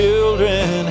Children